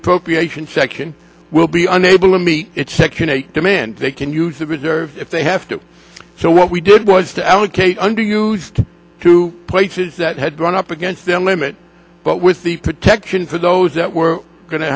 appropriation section will be unable to meet its second a demand they can use the reserves if they have to so what we did was to allocate under used to places that had gone up against their limit but with the protection for those that were going to